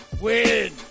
win